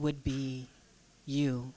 would be you